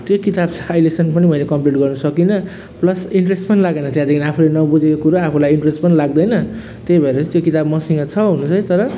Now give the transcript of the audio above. त्यो किताब चाहिँ अहिलेसम्म पनि मैले कम्प्लिट गर्न सकिनँ प्लस इन्ट्रेस पनि लागेन त्यहाँदेखि आफूले नबुझेको कुरो आफूलाई इन्ट्रेस पनि लाग्दैन त्यही भएर चाहिँ त्यो किताब मसँग छ हुन चाहिँ तर